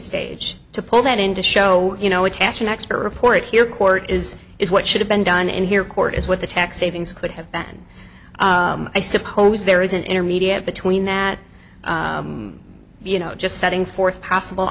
stage to pull that in to show you know attach an expert report here court is is what should have been done in here court is what the tax savings could have been i suppose there is an intermediate between that you know just setting forth possible